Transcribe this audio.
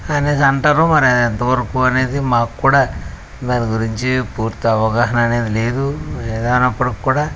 అనేసి అంటారు మరి అది ఎంతవరకు అనేది మాకు కూడా దాని గురించి పూర్తి అవగాహన అనేది లేదు ఏదైనప్పటికీ కూడా